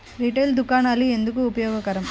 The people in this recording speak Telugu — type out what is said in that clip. రిటైల్ దుకాణాలు ఎందుకు ఉపయోగకరం?